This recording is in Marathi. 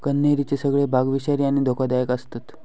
कण्हेरीचे सगळे भाग विषारी आणि धोकादायक आसतत